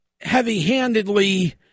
heavy-handedly